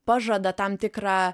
pažada tam tikrą